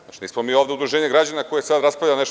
Znači, nismo mi ovde udruženje građana koje sada raspravlja nešto…